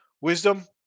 Wisdom